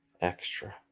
extra